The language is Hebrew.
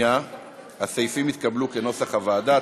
הסעיפים התקבלו כנוסח הוועדה.